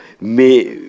mais